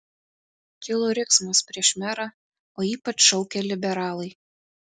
kilo riksmas prieš merą o ypač šaukė liberalai